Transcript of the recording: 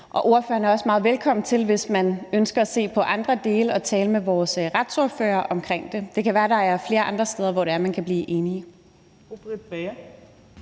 er også meget velkommen til, hvis man ønsker at se på andre dele, at tale med vores retsordfører om det. Det kan være, at der er flere steder, hvor man kan blive enige.